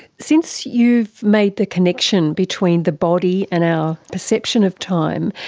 since you've made the connection between the body and our perception of time,